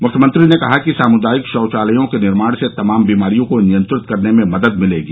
मुख्यमंत्री ने कहा कि सामुदायिक शौचालयों के निर्माण से तमाम बीमारियों को नियंत्रित करने में मदद मिलेगी